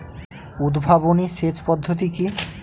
উদ্ভাবনী সেচ পদ্ধতি কি?